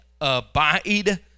abide